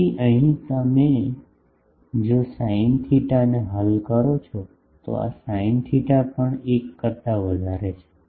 તેથી અહીં જો તમે સાઈન થેટા ને હલ કરો છો તો આ સાઈન થેટા પણ 1 કરતા વધારે છે